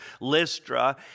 Lystra